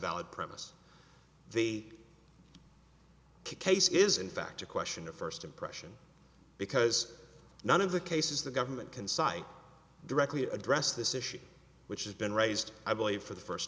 valid premise the case is in fact a question of first impression because none of the cases the government can cite directly address this issue which has been raised i believe for the first